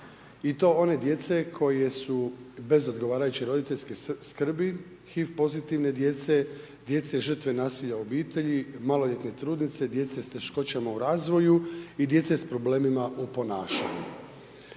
i to one djece koje su bez odgovarajuće roditeljske skrbi, HIV pozitivne djece, djece žrtve nasilja u obitelji, maloljetne trudnice, djece sa teškoćama u razvoju i djece s problemima u ponašanju.